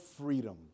freedom